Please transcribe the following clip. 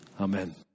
Amen